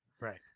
right